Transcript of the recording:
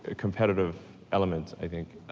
ah competitive element, i think.